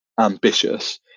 ambitious